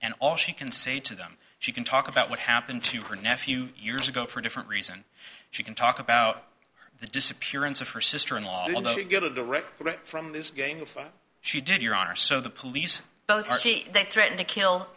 and all she can say to them she can talk about what happened to her nephew years ago for a different reason she can talk about the disappearance of her sister in law will never get a direct threat from this game before she did your honor so the police both are they threaten to kill